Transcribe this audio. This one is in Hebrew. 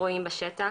רואים בשטח.